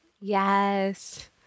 yes